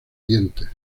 dientes